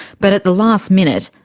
but at the last minute,